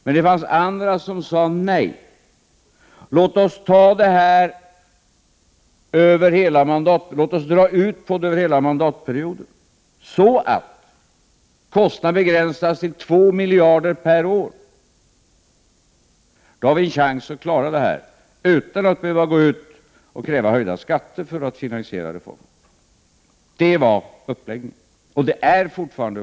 Men det fanns andra som sade: Nej, låt oss dra ut på reformen över hela mandatperioden, så att kostnaderna begränsas till 2 miljarder kronor per år. Då skulle vi ha en chans att klara reformen utan att behöva kräva höjda skatter för att finansiera den. Sådan var uppläggningen och sådan är uppläggningen fortfarande.